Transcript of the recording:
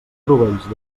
rovells